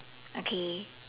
okay